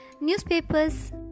newspapers